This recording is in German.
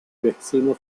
quecksilber